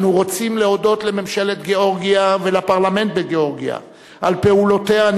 אנו רוצים להודות לממשלת גאורגיה ולפרלמנט בגאורגיה על פעולותיהם